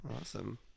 awesome